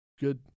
good